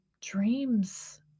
dreams